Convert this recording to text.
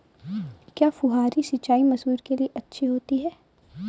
क्या फुहारी सिंचाई मसूर के लिए अच्छी होती है?